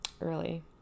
early